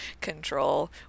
control